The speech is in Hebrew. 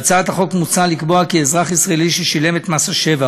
בהצעת החוק מוצע לקבוע כי אזרח ישראלי ששילם את מס השבח